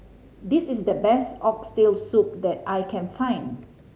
this is the best Oxtail Soup that I can find